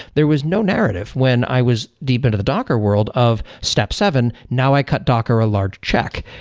there was no narrative. when i was deep into the docker world of step seven, now i cut docker a large check.